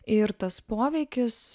ir tas poveikis